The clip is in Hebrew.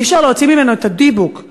אי-אפשר להוציא ממנו את הדיבוק,